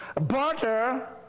butter